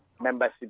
membership